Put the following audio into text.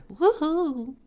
Woohoo